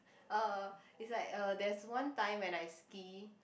uh it's like uh there's one time when I ski